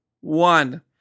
one